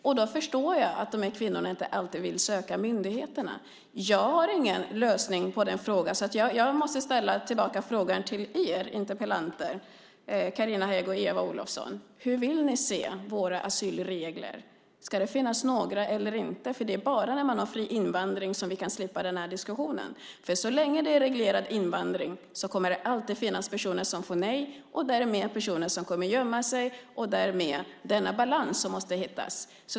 Jag förstår att de här kvinnorna inte alltid vill uppsöka myndigheterna. Jag har ingen lösning på den frågan. Jag måste ställa frågan tillbaka till er deltagare i interpellationsdebatten, Carina Hägg och Eva Olofsson: Hur vill ni se våra asylregler? Ska det finnas några eller inte? Det är bara om vi har fri invandring som vi kan slippa den här diskussionen. Så länge det är reglerad invandring kommer det alltid att finnas personer som får nej, därmed personer som kommer att gömma sig och därav denna balans som måste hittas.